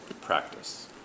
practice